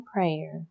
Prayer